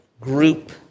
group